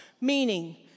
meaning